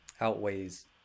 outweighs